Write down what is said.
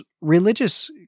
religious